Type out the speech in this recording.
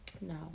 No